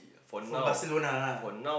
from Barcelona lah